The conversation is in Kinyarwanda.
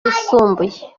byisumbuye